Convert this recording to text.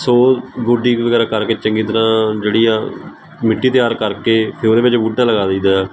ਸੋ ਗੋਡੀ ਵਗੈਰਾ ਕਰਕੇ ਚੰਗੀ ਤਰ੍ਹਾਂ ਜਿਹੜੀ ਆ ਮਿੱਟੀ ਤਿਆਰ ਕਰਕੇ ਫਿਰ ਉਹਦੇ ਵਿੱਚ ਬੂਟਾ ਲਗਾ ਦਈਦਾ